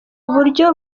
buryo